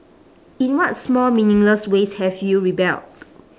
in what small meaningless ways have you rebelled